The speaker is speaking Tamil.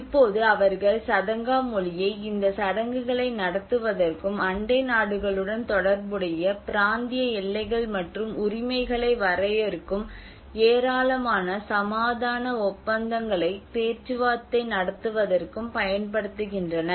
இப்போது அவர்கள் சதங்கா மொழியை இந்த சடங்குகளை நடத்துவதற்கும் அண்டை நாடுகளுடன் தொடர்புடைய பிராந்திய எல்லைகள் மற்றும் உரிமைகளை வரையறுக்கும் ஏராளமான சமாதான ஒப்பந்தங்களை பேச்சுவார்த்தை நடத்துவதற்கும் பயன்படுத்துகின்றனர்